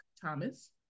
Thomas